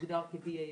שהוגדר כ-BA1.